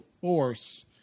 force